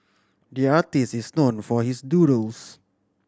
the artist is known for his doodles